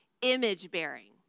image-bearing